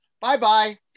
bye-bye